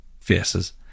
faces